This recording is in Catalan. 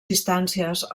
distàncies